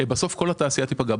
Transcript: בסוף כל התעשייה תיפגע,